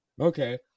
Okay